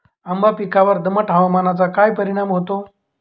आंबा पिकावर दमट हवामानाचा काय परिणाम होतो?